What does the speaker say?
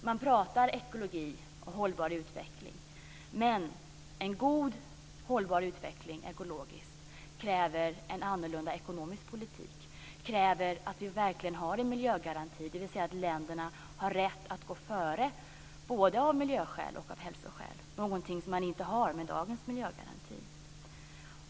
Man pratar om ekologi och hållbar utveckling, men en god ekologiskt hållbar utveckling kräver en annorlunda ekonomisk politik. Det kräver att vi verkligen har en miljögaranti, dvs. att länderna får rätt att gå före, både av miljö och hälsoskäl. Det har man inte med dagens miljögaranti.